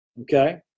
Okay